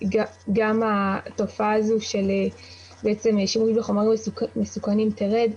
גם התופעה הזו של שימוש בחומרים מסוכנים תרד.